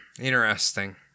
Interesting